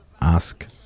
ask